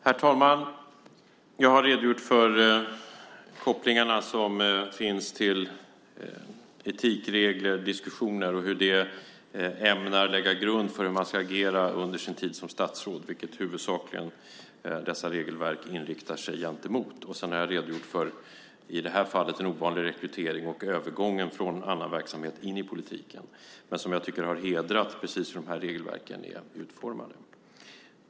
Herr talman! Jag har redogjort för de kopplingar som finns till etikregler och diskussioner och hur de är ämnade att lägga grund för hur man ska agera under sin tid som statsråd, vilket dessa regelverk huvudsakligen inriktar sig mot. Sedan har jag redogjort för, i det här fallet, en ovanlig rekrytering och övergången från annan verksamhet in i politiken. Jag tycker att det har hedrat precis hur de här regelverken är utformade.